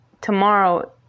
tomorrow